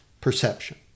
perception